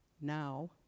now